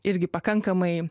irgi pakankamai